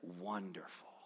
wonderful